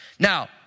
Now